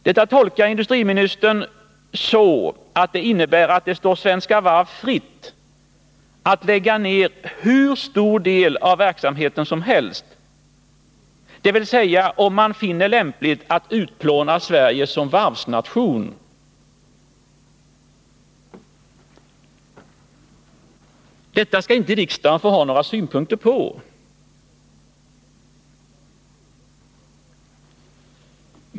Detta tolkar industriministern så, att det står Svenska Varv fritt att lägga ner hur stor del av verksamheten som helst — dvs. om man finner lämpligt att utplåna Sverige som varvsnation. Det här skall inte riksdagen få ha några synpunkter på.